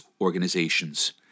organizations